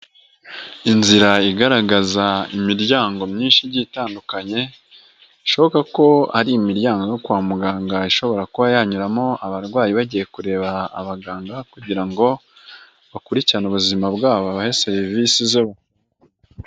Inzira igaragaza imiryango myinshi igiye itandukanye bishoboka ko ari imiryango yo kwa muganga ishobora kuba yanyuramo abarwayi bagiye kureba abaganga kugira ngo bakurikirane ubuzima bwabo babahe serivisi zose.